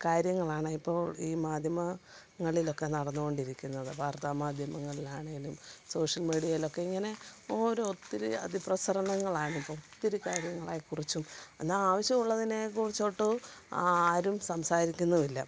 കാര്യങ്ങളാണ് ഇപ്പോൾ ഈ മാധ്യമങ്ങളിലൊക്കെ നടന്നുകൊണ്ടിരിക്കുന്നത് വാർത്താമാധ്യമങ്ങളിലാണേലും സോഷ്യൽ മീഡിയയിലൊക്കെ ഇങ്ങനെ ഓരോ ഒത്തിരി അതിപ്രസരണങ്ങളാണ് ഇപ്പോള് ഒത്തിരി കാര്യങ്ങളെ കുറിച്ചും എന്ന ആവശ്യമുള്ളതിനെ കുറിച്ചൊട്ടും ആരും സംസാരിക്കുന്നുമില്ല